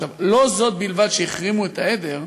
עכשיו, לא זו בלבד שהחרימו את העדר,